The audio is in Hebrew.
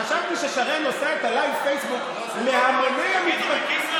חשבתי ששרן עושה את הלייב פייסבוק להמוני המתפקדים.